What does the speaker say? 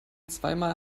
zweimal